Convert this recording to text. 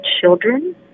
children